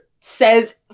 says